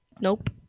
Nope